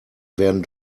werden